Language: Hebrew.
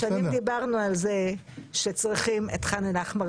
שנים דיברנו על זה שצריך את חאן אל-אחמר